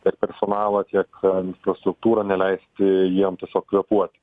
tiek personalą kiek infrastruktūrą neleisti jiem tiesiog kvėpuoti